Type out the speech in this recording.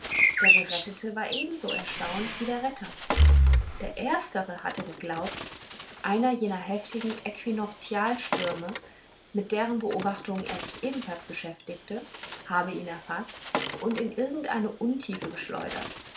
der gerettete war eben so erstaunt wie der retter der erstere hatte geglaubt einer jener heftigen äquinoktialstürme mit deren beobachtung er sich ebenfalls beschäftigte habe ihn erfaßt und in irgendeine untiefe geschleudert